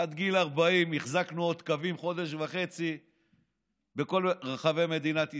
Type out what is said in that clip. עד גיל 40 החזקנו עוד קווים במשך חודש וחצי בכל רחבי מדינת ישראל,